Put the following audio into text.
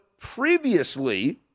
previously